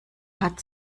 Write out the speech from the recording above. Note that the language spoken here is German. hat